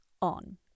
On